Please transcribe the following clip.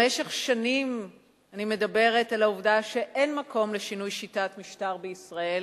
במשך שנים אני מדברת על העובדה שאין מקום לשינוי שיטת משטר בישראל